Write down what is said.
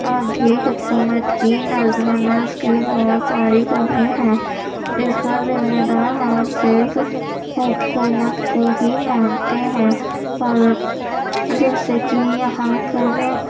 اب بھی حکومت کی نظم و نسق کی بہت ساری کمی ہے اس کا ذمہ دار ہم صرف حکومت کو ہی مانتے ہیں اور جیسے کہ یہاں پر